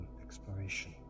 exploration